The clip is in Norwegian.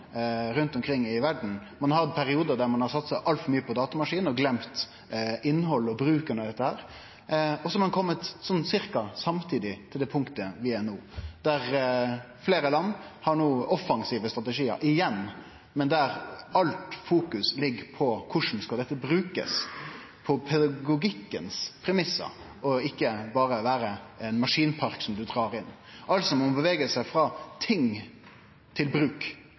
rundt omkring i verda. Ein har hatt periodar der ein har satsa altfor mykje på datamaskinen og gløymt innhald og bruken av dette. Så har ein kome omtrent samtidig til det punktet vi er no. Fleire land har no offensive strategiar – igjen – men alt fokus ligg på korleis dette skal brukast ut frå premissane til pedagogikken, og ikkje berre vere ein maskinpark som ein drar inn. Ein må altså bevege seg frå ting til bruk.